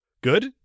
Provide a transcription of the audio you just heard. good